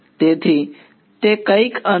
તેથી તે કંઈક અંશે